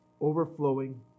overflowing